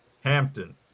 Hampton